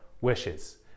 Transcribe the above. wishes